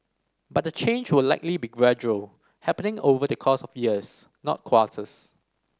but the change will likely be gradual happening over the course of years not quarters